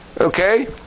Okay